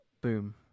boom